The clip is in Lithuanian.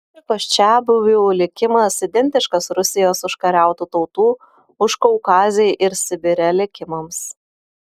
amerikos čiabuvių likimas identiškas rusijos užkariautų tautų užkaukazėj ir sibire likimams